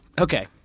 Okay